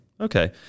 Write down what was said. okay